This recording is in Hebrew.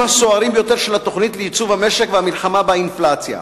הסוערים ביותר של התוכנית לייצוב המשק והמלחמה באינפלציה.